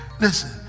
listen